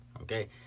okay